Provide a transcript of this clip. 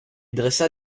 dressa